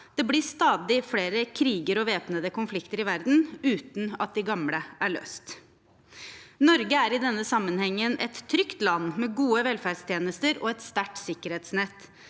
Det blir stadig flere kriger og væpnede konflikter i verden, uten at de gamle er løst. Norge er i denne sammenhengen et trygt land med gode velferdstjenester og et sterkt sikkerhetsnett,